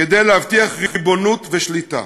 כדי להבטיח ריבונות ושליטה.